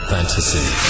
Fantasy